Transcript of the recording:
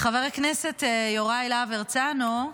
חבר הכנסת יוראי להב הרצנו,